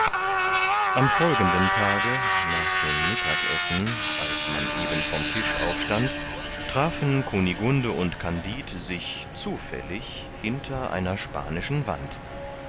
am folgenden tage nach dem mittagessen als man eben vom tisch aufstand trafen kunigunde und kandid sich zufällig hinter einer spanischen wand